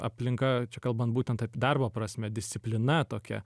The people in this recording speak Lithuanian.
aplinka čia kalbant būtent ap darbo prasme disciplina tokia